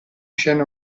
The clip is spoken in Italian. scena